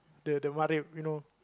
the the mat rep you know